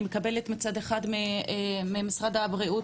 אני מקבלת מצד אחד מספר אחד ממשרד הבריאות,